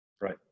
Right